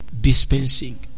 dispensing